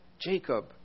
Jacob